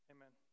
Amen